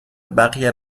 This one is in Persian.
بقیه